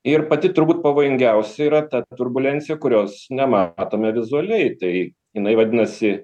ir pati turbūt pavojingiausia yra ta turbulencija kurios nematome vizualiai tai jinai vadinasi